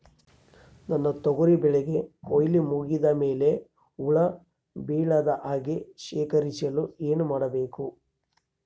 ನನ್ನ ತೊಗರಿ ಬೆಳೆಗೆ ಕೊಯ್ಲು ಮುಗಿದ ಮೇಲೆ ಹುಳು ಬೇಳದ ಹಾಗೆ ಶೇಖರಿಸಲು ಏನು ಮಾಡಬೇಕು?